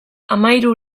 hamahiru